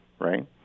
right